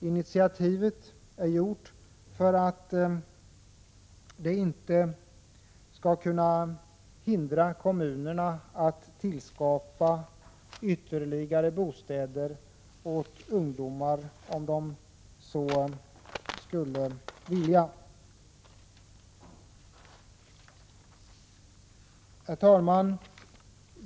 Initiativet har tagits för att kommunerna inte skall hindras att tillskapa ytterligare bostäder åt ungdomar om de så skulle vilja. Herr talman!